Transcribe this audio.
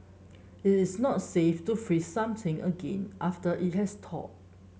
it is not safe to freeze something again after it has thawed